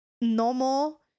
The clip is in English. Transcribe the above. normal